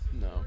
No